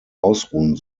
ausruhen